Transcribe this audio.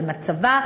על מצבה,